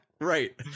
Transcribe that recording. Right